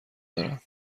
دارم